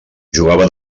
jugava